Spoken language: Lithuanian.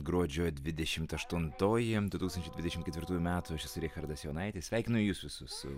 gruodžio dvidešimt aštuntoji du tūkstančiai dvidešimt ketvirtųjų metų aš esu richardas jonaitis sveikinu jus visus su